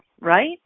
right